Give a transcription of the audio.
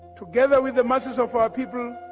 together with the masses of our people,